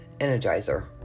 energizer